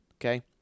okay